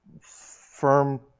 firm